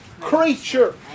creature